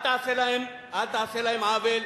אל תעשה להם עוול,